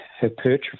hypertrophy